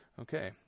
Okay